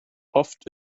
oft